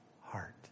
heart